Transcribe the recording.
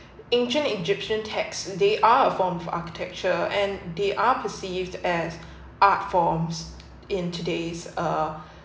ancient egyptian text they are a form of architecture and they are perceived as art form in today's uh